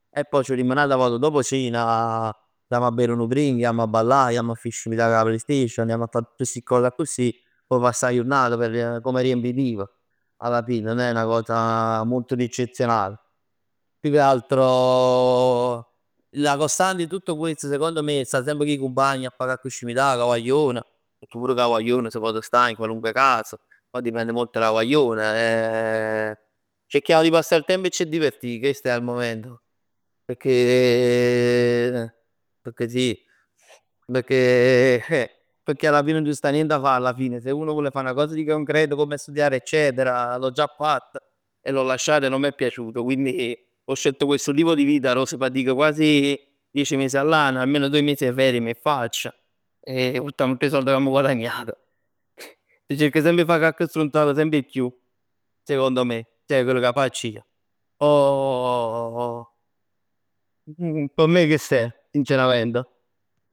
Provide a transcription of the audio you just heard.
E poj c' verimm n'ata vot dopo cena, c' jamm 'a bev 'nu drink, jamm 'a ballà, jamm 'a fa 'e scimità cu 'a playstation, jamm 'a fa tutt sti cos accussì, p' fa passà 'a jurnat, per come riempitivo. Alla fine non è una cosa molto di eccezionale. Più che altro la costante di tutto questo secondo me è sta semp cu 'e cumpagn 'a fa cocc scimità cu 'a guagliona. Pecchè pur cu 'a guagliona s' pot stà in qualunque caso. Pò dipende molto d' 'a guagliona. Cerchiamo di passà il tempo e c' addivertì, questo al momento. Pecchè pecchè sì. Pecchè pecchè alla fine nu c'sta nient 'a fa alla fine. Se uno vuole fa na cosa di concreto come studiare eccetera, l'ho già fatta e l'ho lasciata e non m' è piaciuto, quindi ho scelto questo tipo di vita arò s' fatica quasi dieci mesi all'anno, almeno due mesi 'e ferie m' 'e facc. E buttamm tutt 'e sord ch' amm guadagnat. S' cerc semp 'e fa cocc strunzat semp 'e chiù, secondo me. Ceh chell 'ca facc ij. Poj p'me chest è sincerament.